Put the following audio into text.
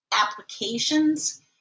applications